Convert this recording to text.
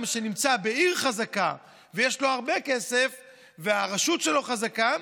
שנמצא בעיר חזקה ויש לו הרבה כסף והרשות שלו חזקה.